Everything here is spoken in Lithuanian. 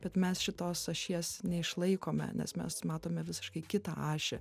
bet mes šitos ašies neišlaikome nes mes matome visiškai kitą ašį